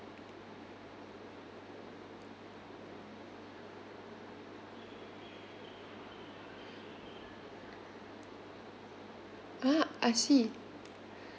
ah I see